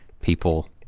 people